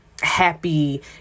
happy